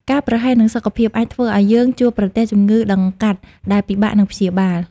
ការប្រហែសនឹងសុខភាព អាចធ្វើឱ្យយើងជួបប្រទះជំងឺដង្កាត់ដែលពិបាកនឹងព្យាបាល។